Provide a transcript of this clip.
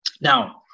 Now